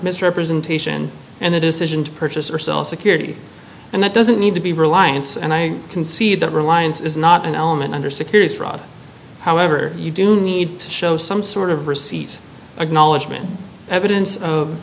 misrepresentation and the decision to purchase or sell security and that doesn't need to be reliance and i can see that reliance is not an element under securities fraud however you do need to show some sort of receipt of knowledge when evidence of